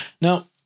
Now